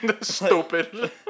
Stupid